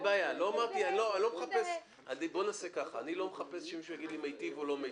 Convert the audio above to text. אני לא מחפש שמישהו יגיד לי מיטיב או לא מיטיב.